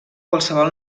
qualsevol